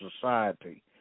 society